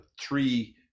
three